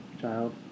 child